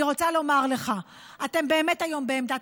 אני רוצה לומר לך: אתם באמת היום בעמדת